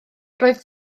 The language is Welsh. roedd